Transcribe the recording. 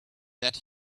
that